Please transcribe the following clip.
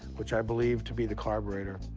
which i believe to be the carburetor.